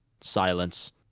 Silence